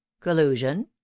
collusion